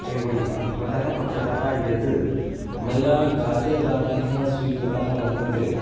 एवं भवतः पक्षतः यः मया खाद्यपदार्थः स्वीकृतः वर्तते